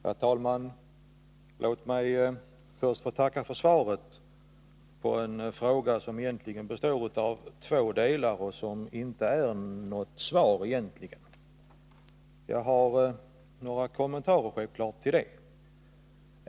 Herr talman! Låt mig först få tacka för svaret, som egentligen inte är något svar på min fråga som består av två delar. Jag har självfallet några kommentarer till detta.